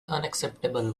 unacceptable